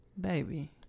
baby